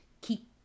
keep